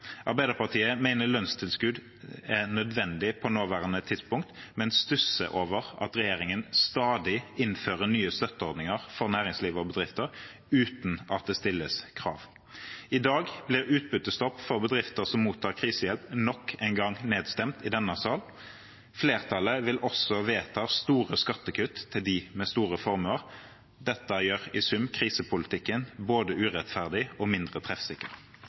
Arbeiderpartiet mener lønnstilskudd er nødvendig på nåværende tidspunkt, men stusser over at regjeringen stadig innfører nye støtteordninger for næringsliv og bedrifter uten at det stilles krav. I dag blir utbyttestopp for bedrifter som mottar krisehjelp, nok en gang stemt ned i denne sal. Flertallet vil også vedta store skattekutt til dem med store formuer. Dette gjør i sum krisepolitikken både urettferdig og mindre treffsikker.